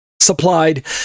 supplied